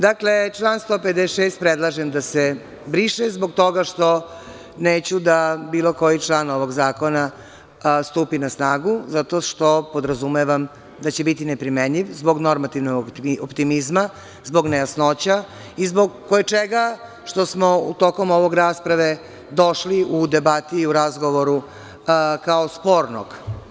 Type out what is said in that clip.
Dakle, član 156. predlažem da se briše, zbog toga što neću da bilo koji član ovog zakona stupi na snagu, zato što podrazumevam da će biti neprimenljiv zbog normativnog optimizma, zbog nejasnoća i zbog koječega što smo u toku ove rasprave došli u debati i u razgovoru, kao spornog.